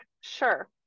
Sure